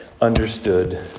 understood